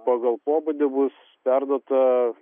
pagal pobūdį bus perduota